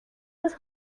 this